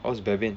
how is baveen